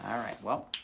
all right well,